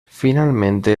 finalmente